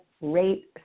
rate